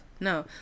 No